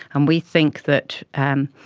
and we think that um